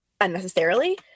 unnecessarily